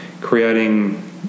creating